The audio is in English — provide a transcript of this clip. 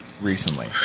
recently